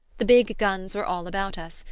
the big guns were all about us,